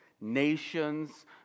nations